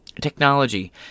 Technology